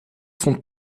vond